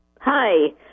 hi